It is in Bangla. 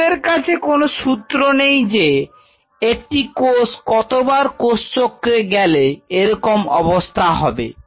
আমাদের কাছে কোন সূত্র নেই যে একটি কোষ কতবার কোষচক্রে গেলে এরকম অবস্থা হবে